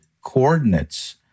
coordinates